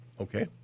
Okay